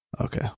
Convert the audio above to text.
Okay